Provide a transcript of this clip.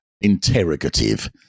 interrogative